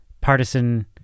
partisan